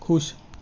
ਖੁਸ਼